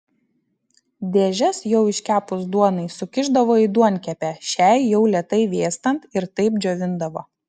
dėžes jau iškepus duonai sukišdavo į duonkepę šiai jau lėtai vėstant ir taip džiovindavo